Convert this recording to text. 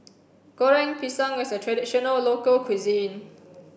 goreng pisang is a traditional local cuisine